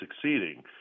succeeding